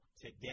today